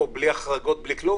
או בלי החרגות, בלי כלום?